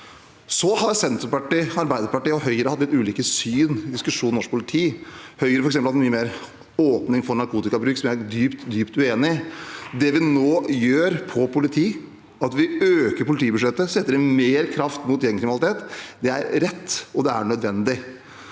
Så har Senterpartiet, Arbeiderpartiet og Høyre hatt litt ulike syn i diskusjonen om norsk politi. Høyre har f.eks. hatt mye mer åpning for narkotikabruk, noe vi er dypt, dypt uenig i. Det vi nå gjør på politiområdet ved at vi øker politibudsjettet og setter inn mer kraft mot gjengkriminalitet, er rett, og det er nødvendig.